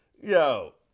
yo